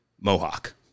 mohawk